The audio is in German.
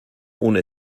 ohne